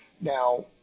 now